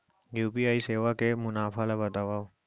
UPI सेवा के मुनाफा ल बतावव?